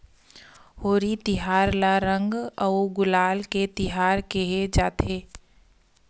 होरी तिहार ल रंग अउ गुलाल के तिहार केहे जाथे